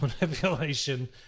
manipulation